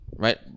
Right